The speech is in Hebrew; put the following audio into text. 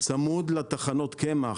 צמוד לטחנות קמח,